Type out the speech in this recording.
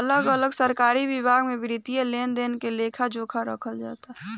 अलग अलग सरकारी विभाग में वित्तीय लेन देन के लेखा जोखा रखल जाला